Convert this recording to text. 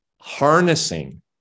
harnessing